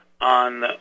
on